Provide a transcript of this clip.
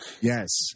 Yes